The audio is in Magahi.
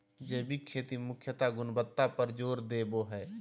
जैविक खेती मुख्यत गुणवत्ता पर जोर देवो हय